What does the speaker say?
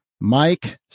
Mike